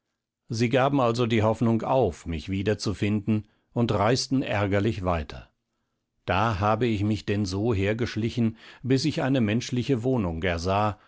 sie gaben also die hoffnung auf mich wieder zu finden und reisten ärgerlich weiter da habe ich mich denn so hergeschlichen bis ich eine menschliche wohnung ersah